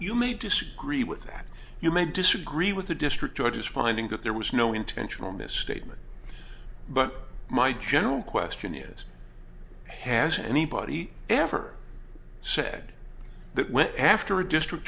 you may disagree with that you may disagree with the district judges finding that there was no intentional misstatement but my general question is has anybody ever said that when after a district